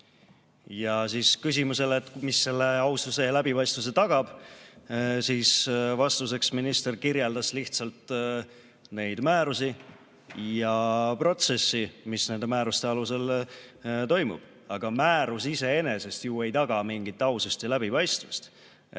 Ja siis küsimusele, mis selle aususe ja läbipaistvuse tagab, vastuseks minister kirjeldas lihtsalt neid määrusi ja protsessi, mis nende määruste alusel toimub. Aga määrus iseenesest ju ei taga mingit ausust ja läbipaistvust.